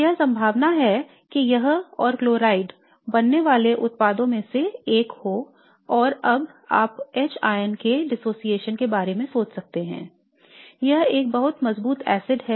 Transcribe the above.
तो यह संभावना है कि यह और क्लोराइड बनने वाले उत्पादों में से एक हो और अब आप H के पृथक्करण के बारे में सोच सकते हैं यह एक बहुत मजबूत एसिड है